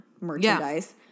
merchandise